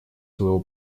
своего